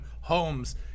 homes